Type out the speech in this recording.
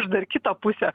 dar kitą pusę